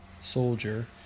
soldier